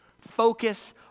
focus